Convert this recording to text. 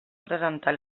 presentar